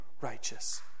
righteous